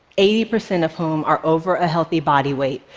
eighty percent of whom are over a healthy body weight,